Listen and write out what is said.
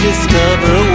discover